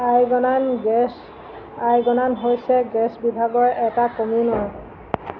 আইগনান গেছ আইগনান হৈছে গেছ বিভাগৰ এটা কমিউনৰ